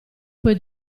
puoi